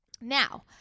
now